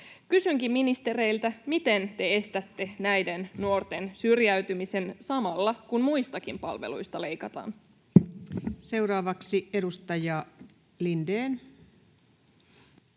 Kysynkin ministereiltä: miten te estätte näiden nuorten syrjäytymisen samalla, kun muistakin palveluista leikataan? [Speech 329] Speaker: